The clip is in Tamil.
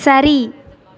சரி